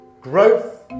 Growth